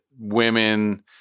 women